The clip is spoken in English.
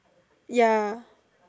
ya